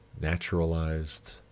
naturalized